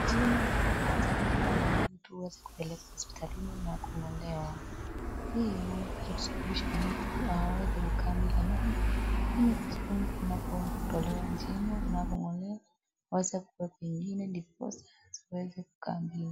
Jino linapoanza kuuma, mtu huweza kupeleka hospitalini na kung'olewa. Hii huweza kusababisha mtu aweze kukaa bila meno, lakini ni vizuri mtu anapo tolewa jino, anapong'olewa, aweze kukaa pengine ndiposa, ziweze kukaa mbili.